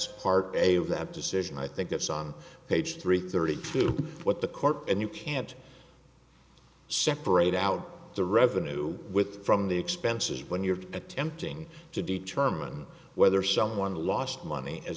that decision i think it's on page three thirty two what the court and you can't separate out the revenue with from the expenses when you're attempting to determine whether someone lost money as